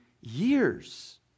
years